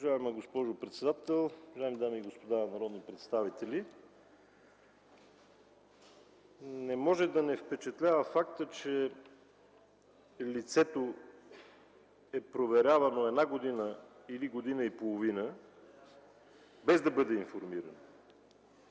Уважаема госпожо председател, уважаеми дами и господа народни представители! Не може да не впечатлява фактът, че лицето е проверявано една година или година и половина, без да бъде информирано.